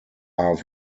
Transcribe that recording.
are